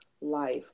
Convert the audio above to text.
life